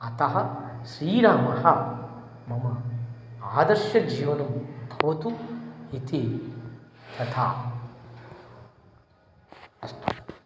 अतः श्रीरामः मम आदर्शजीवनं भवतु इति तथा अस्तु